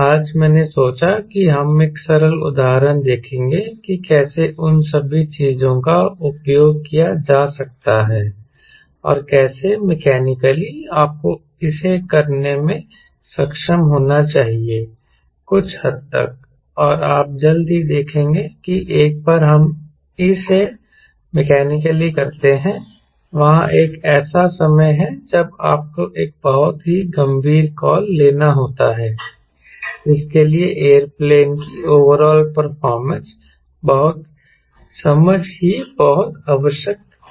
आज मैंने सोचा कि हम एक सरल उदाहरण देखेंगे कि कैसे उन सभी चीजों का उपयोग किया जा सकता है और कैसे मैकेनिकली आपको इसे करने में सक्षम होना चाहिए कुछ हद तक और आप जल्द ही देखेंगे कि एक बार हम इसे मैकेनिकली करते हैं वहां एक ऐसा समय है जब आपको एक बहुत ही गंभीर कॉल लेना होता है जिसके लिए एयरप्लेन की ओवरऑल परफारमेंस बहुत समझ की बहुत आवश्यकता होती है